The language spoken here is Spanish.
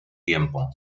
tiempo